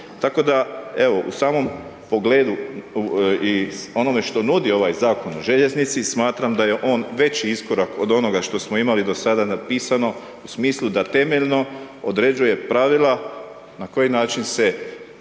tako da evo, u samom pogledu i onome što nudi ovaj Zakon o željeznici smatram da je on veći iskorak od onoga što smo imali do sada napisano u smislu da temeljno određuje pravila na koji način se